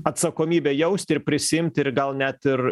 atsakomybę jausti ir prisiimti ir gal net ir